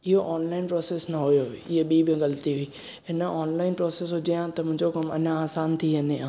इहो online process न होयो हीअ ॿी बि ग़लती हुई हिन ऑनलाइन प्रोसेस हुजे हां त मुंहिंजो कमु अञा आसान थी वञे हा